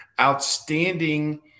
outstanding –